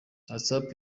whatsapp